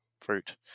Fruit